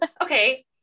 okay